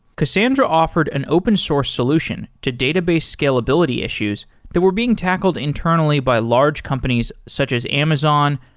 cassandra offered an open source solution to database scalability issues that were being tackled internally by large companies such as amazon,